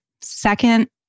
second